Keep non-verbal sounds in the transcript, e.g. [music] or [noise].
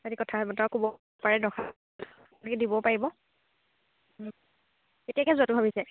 সিহঁতে কথা বতৰা ক'ব পাৰে [unintelligible] দিব পাৰিব কেতিয়াকৈ যোৱাটো ভাবিছে